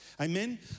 Amen